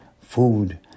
food